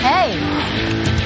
Hey